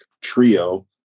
trio